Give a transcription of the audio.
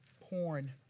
porn